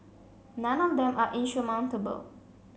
none of them are insurmountable